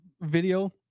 video